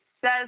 says